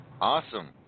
Awesome